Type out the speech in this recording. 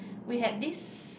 we had these